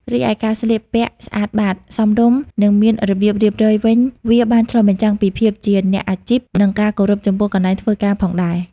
រីឯការស្លៀកពាក់ស្អាតបាត សមរម្យ និងមានរបៀបរៀបរយវិញវាបាន ឆ្លុះបញ្ចាំងពីភាពជាអ្នកអាជីព និងការគោរពចំពោះកន្លែងធ្វើការផងដែរ។